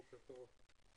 בוקר טוב.